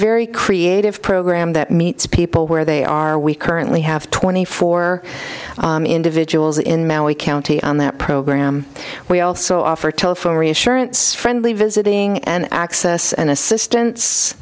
very creative program that meets people where they are we currently have twenty four individuals in maui county on that program we also offer telephone reassurance friendly visiting and access and assistance